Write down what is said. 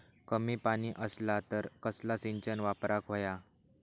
कमी पाणी असला तर कसला सिंचन वापराक होया?